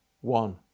One